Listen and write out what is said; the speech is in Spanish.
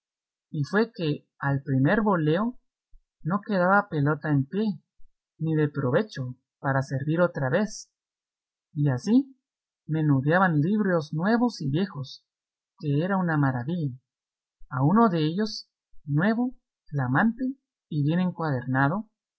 y fue que al primer voleo no quedaba pelota en pie ni de provecho para servir otra vez y así menudeaban libros nuevos y viejos que era una maravilla a uno dellos nuevo flamante y bien